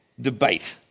debate